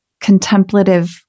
contemplative